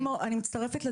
לא.